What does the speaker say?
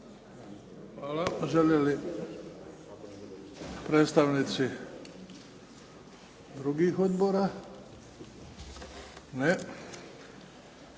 Hvala. Žele li predstavnici drugih odbora? Ne.